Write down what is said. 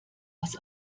was